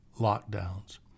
lockdowns